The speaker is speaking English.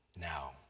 now